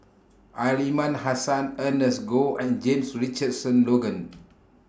Aliman Hassan Ernest Goh and James Richardson Logan